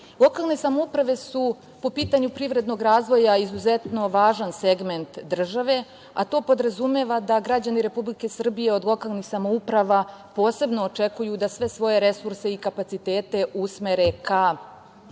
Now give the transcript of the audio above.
Lokalne samouprave su, po pitanju privrednog razvoja, izuzetno važan segment države, a to podrazumeva da građani Republike Srbije od lokalnih samouprava posebno očekuju da sve svoje resurse i kapacitet usmere ka